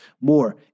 more